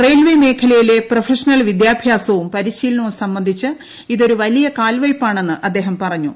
railway മേഖലയിലെ professional വിദ്യാഭ്യാസവും പരിശീലനവും സംബന്ധിച്ച് ഇതൊരു വലിയ കാൽവയ്പാണെന്ന് അദ്ദേഹം പറഞ്ഞു